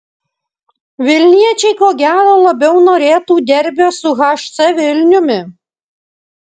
vilniečiai ko gero labiau norėtų derbio su hc vilniumi